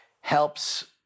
helps